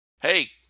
Hey